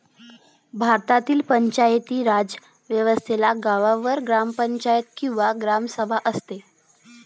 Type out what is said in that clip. भारतातील पंचायती राज व्यवस्थेत गावावर ग्रामपंचायत किंवा ग्रामसभा असते